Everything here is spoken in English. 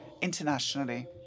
internationally